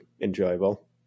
enjoyable